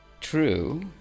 True